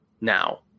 now